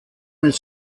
mit